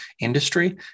industry